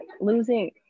losing